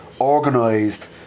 organised